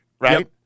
right